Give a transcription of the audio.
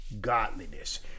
godliness